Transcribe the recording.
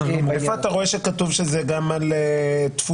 איפה אתה רואה שכתוב שזה גם על תפוסה?